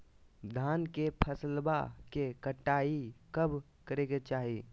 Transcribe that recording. धान के फसलवा के कटाईया कब करे के चाही?